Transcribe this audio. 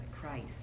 Christ